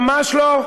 ממש לא.